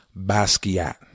Basquiat